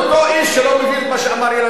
הלכו לאותו איש שלא מבין את מה שאמר אילן